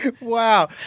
Wow